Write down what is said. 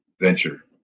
venture